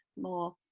more